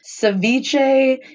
ceviche